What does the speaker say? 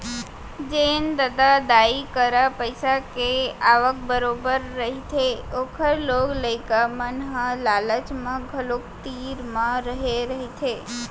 जेन ददा दाई करा पइसा के आवक बरोबर रहिथे ओखर लोग लइका मन ह लालच म घलोक तीर म रेहे रहिथे